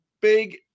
big